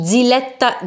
Ziletta